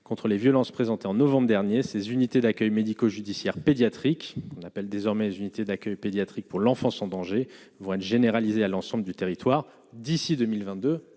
contre les violences, présenté en novembre dernier, ses unités d'accueil médico-judiciaire pédiatriques on appelle désormais unité d'accueil pédiatrique pour l'enfance en danger vont être généralisés à l'ensemble du territoire d'ici 2022